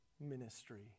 ministry